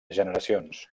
generacions